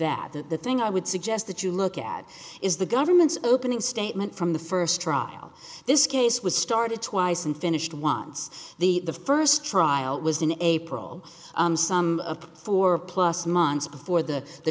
that the thing i would suggest that you look at is the government's opening statement from the first trial this case was started twice and finished once the first trial was in april some four plus months before the the